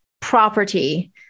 property